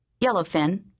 Yellowfin